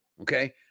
Okay